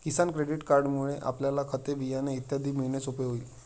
किसान credit कार्डमुळे आपल्याला खते, बियाणे इत्यादी मिळणे सोपे होईल